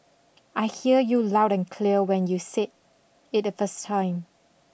I hear you loud and clear when you said it the first time